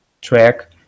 track